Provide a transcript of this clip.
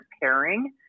pairing